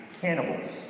cannibals